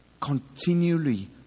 continually